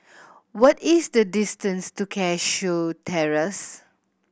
what is the distance to Cashew Terrace